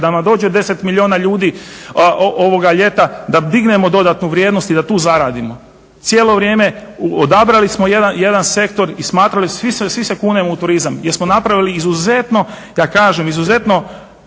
Kad nama dođe 10 milijuna ljudi ovoga ljeta da dignemo dodatnu vrijednost i da tu zaradimo. Cijelo vrijeme odabrali smo jedan sektor i smatrali, svi se kunemo u turizam jer smo napravili izuzetno hrabar potez